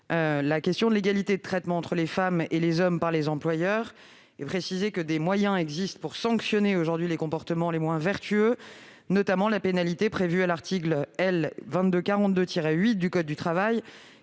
la question de l'égalité de traitement entre les femmes et les hommes par les employeurs. Je précise à cet égard que des moyens existent aujourd'hui pour sanctionner les comportements les moins vertueux, notamment la pénalité prévue à l'article L. 2242-8 du code du travail,